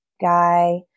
guy